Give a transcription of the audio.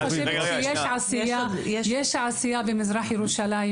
יש עשייה במזרח ירושלים,